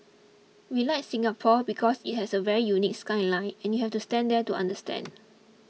we like Singapore because it has a very unique skyline and you have to stand there to understand